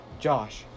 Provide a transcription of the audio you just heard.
Josh